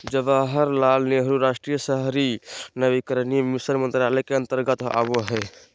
जवाहरलाल नेहरू राष्ट्रीय शहरी नवीनीकरण मिशन मंत्रालय के अंतर्गत आवो हय